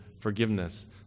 forgiveness